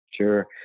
Sure